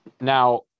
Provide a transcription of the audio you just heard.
Now